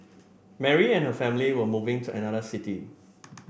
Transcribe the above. Mary and her family were moving to another city